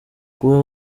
kuba